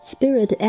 Spirit